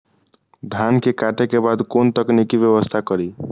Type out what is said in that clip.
धान के काटे के बाद कोन तकनीकी व्यवस्था करी?